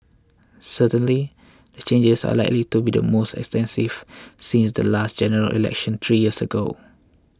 certainly the changes are likely to be the most extensive since the last General Election three years ago